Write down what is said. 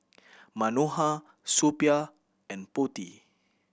Manohar Suppiah and Potti